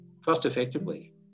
cost-effectively